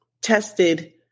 tested